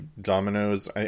dominoes